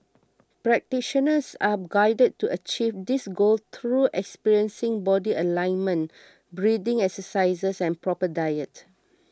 practitioners are guided to achieve this goal through experiencing body alignment breathing exercises and proper diet